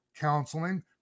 counseling